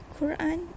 Quran